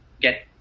get